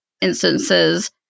instances